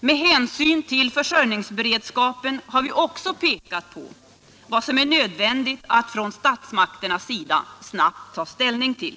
Med hänsyn till försörjningsberedskapen har vi också pekat på vad som är nödvändigt för statsmakterna att snabbt ta ställning till.